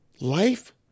life